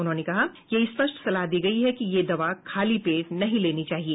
उन्होंने कहा कि यह स्पष्ट सलाह दी गई है कि यह दवा खाली पेट नहीं लेनी चाहिए